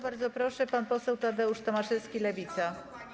Bardzo proszę, pan poseł Tadeusz Tomaszewski, Lewica.